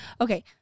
okay